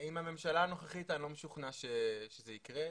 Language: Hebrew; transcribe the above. --- עם הממשלה הנוכחית אני לא משוכנע שזה יקרה.